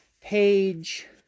page